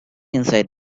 inside